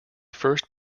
first